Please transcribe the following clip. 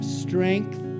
strength